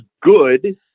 good